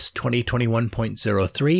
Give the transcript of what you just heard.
2021.03